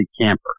camper